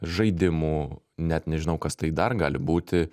žaidimų net nežinau kas tai dar gali būti